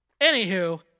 Anywho